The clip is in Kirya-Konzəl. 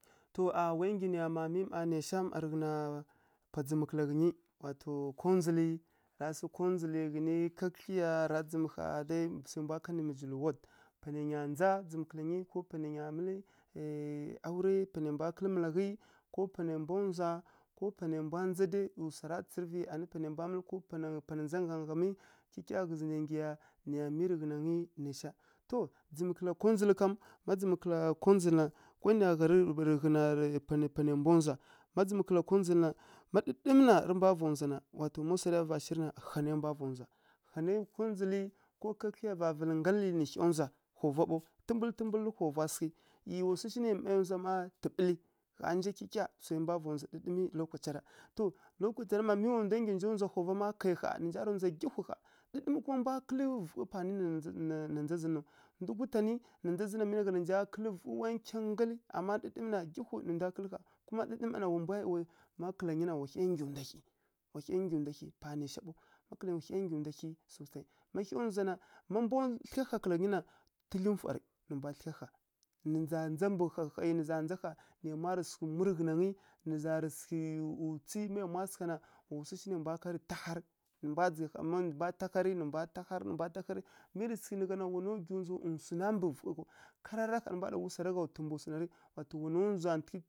To a wa ay nggyi nǝya mma miyi má rǝghǝna pwa ndzǝm kǝla ghǝnyi wa to kondzǝli, ra sǝ kondzǝli ghǝni ká kǝdlyiya ra dzǝm ƙha dai swai mbwa kanǝ mijilu ward. Panai nya ndza dzǝm kǝla ghǝnyi ko panai nya mǝlǝ auraiyi ko panai nya kǝ́lǝ́ malaghǝi ko panai mbwa ndzwa, ko panai mbwa ndza dai ˈyi swara tsǝrǝvǝ anǝ panai mbwa mǝlǝ anǝ pana ndza ghaghamǝ ghǝzǝ nai nggyi ya, nǝya miyi rǝ ghǝnangǝ naisha. To ndzǝm kǝla kondzǝl kam ma dzǝm kǝla kondzǝl na nkwai nǝya panai mbwa ndzwa. Má dzǝm kǝla kondzǝl na ma ɗǝɗǝm na rǝ mbwa va ndzwa na, wa to ma swarǝ ya gha shirǝ na ha nai mbwa va ndzwa. Ha nai kondzǝli, ko ká kǝdlyiya vǝlǝ nggala nǝ hya ndzwa hova ɓaw, tǝmbulǝ-tǝmulǝ ra hova sǝghǝ. ˈYi wa swu shi nai maiya ndzwa ma tǝɓǝlǝ ƙha nja kyikya swa mbwa va ndzwa ɗǝɗǝmǝ lokacira, to lokacira mma mi wa ndwa nggyi nǝ nja ndzwa hova má kai ƙha nǝ nja rǝ ndzwa nggyihwi ƙha, ɗǝɗǝmǝ mbwa kǝ́lǝ́ vughǝi pan na na ndza zǝ naw. Ndu gutanǝ mi nǝ gha na wa kǝlǝ vughǝi nkyangǝ nggalǝ, ama ɗǝɗǝmǝ na nggyhwi nǝ ndwa kǝ́lǝ́ ƙha kuma ɗǝɗǝmǝ mma na wa hya nggyi ndwa hyi wa hya nggyi ndwa hyi panaisha ɓaw ma mbwa ndzwa na má mbwa thlǝgha ha kǝla ghǝnyi na rǝ tǝdlyi nfwarǝ nǝ mbwa thlǝgha ha nǝ za ndza mbǝ hahai nǝ za ƙha nǝ yamwa ra sǝghǝi mwi rǝ ghǝnangǝ nǝ za rǝ tswi ma yamwa sǝgha na wa swu shi nai mbwa kanǝ taharǝ, nǝ mbwarǝ dzǝgh ƙha nǝ mbwa taharǝ, nǝ mbwa taharǝ, nǝ mbwa taharǝ, mi rǝ sǝghǝ nǝ gha na wana gwiw ndzwa swuna mbǝ vughǝi ghaw karara ƙha nǝ mbwa ɗa wu swarǝ gha twi mbǝ swana rǝ wa to wana ndzwantǝghǝ.